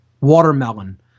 Watermelon